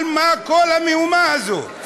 על מה כל המהומה הזאת?